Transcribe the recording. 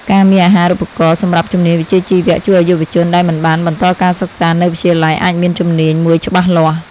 ការមានអាហារូបករណ៍សម្រាប់ជំនាញវិជ្ជាជីវៈជួយឱ្យយុវជនដែលមិនបានបន្តការសិក្សានៅវិទ្យាល័យអាចមានជំនាញមួយច្បាស់លាស់។